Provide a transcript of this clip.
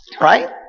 Right